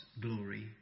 glory